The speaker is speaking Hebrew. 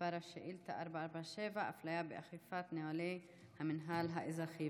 שאילתה מס' 447: אפליה באכיפת נוהלי המינהל האזרחי,